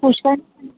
पुष्कळ